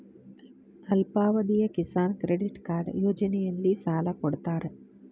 ಅಲ್ಪಾವಧಿಯ Kisan credit card ಯೋಜನೆಯಲ್ಲಿಸಾಲ ಕೊಡತಾರ